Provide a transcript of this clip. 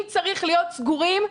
אם צריך להיות סגורים,